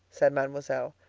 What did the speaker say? said mademoiselle,